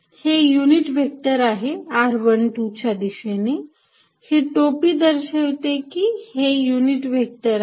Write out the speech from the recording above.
हे एक unit vector आहे r१२ च्या दिशेने ही टोपी दर्शवते की हे युनिट व्हेक्टर आहे